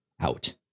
out